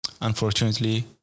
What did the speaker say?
Unfortunately